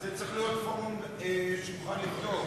אז זה צריך להיות פורום שנוכל לבדוק.